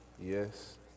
Yes